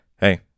hey